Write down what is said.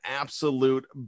absolute